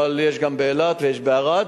אבל יש גם באילת ויש בערד,